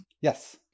Yes